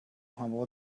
humble